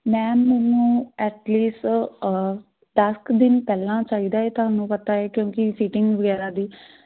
ma'am ਮੈਨੂੰ at least ਦਸ ਕੁ ਦਿਨ ਪਹਿਲਾਂ ਚਾਹੀਦਾ ਤੁਹਾਨੂੰ ਪਤਾ ਹੈ ਕਿਉਂਕਿ ਸੀਟਿੰਗ ਵਗੈਰਾ ਦੀ